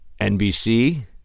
NBC